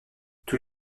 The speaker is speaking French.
tous